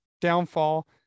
downfall